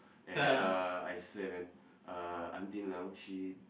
and uh I swear man uh until now she